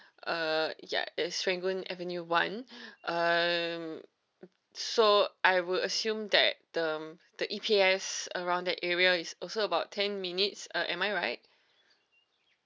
uh ya it's serangoon avenue one um so I would assume that uh the E_P_S around that area is also about ten minutes uh am I right